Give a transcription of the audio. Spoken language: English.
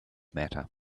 matter